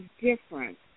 different